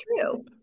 true